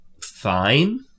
fine